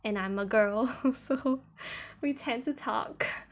and I'm a girl so we tend to talk